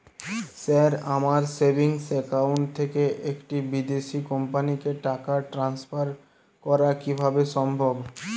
Sir আমার savings account থেকে একটি বিদেশি কোম্পানিকে টাকা ট্রান্সফার করা কীভাবে সম্ভব?